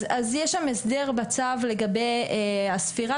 אז יש שם הסדר בצו לגבי הספירה,